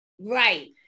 right